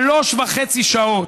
שלוש וחצי שעות.